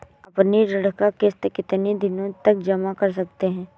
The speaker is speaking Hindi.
अपनी ऋण का किश्त कितनी दिनों तक जमा कर सकते हैं?